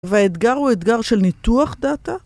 והאתגר הוא אתגר של ניתוח דאטה?